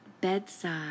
bedside